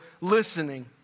listening